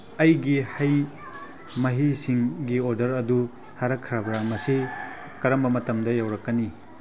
ꯑꯩꯒꯤ ꯍꯩ ꯃꯍꯤꯁꯤꯡꯒꯤ ꯑꯣꯔꯗꯔ ꯑꯗꯨ ꯊꯥꯔꯛꯈ꯭ꯔꯕ꯭ꯔꯥ ꯃꯁꯤ ꯀꯔꯝꯕ ꯃꯇꯝꯗ ꯌꯧꯔꯛꯀꯅꯤ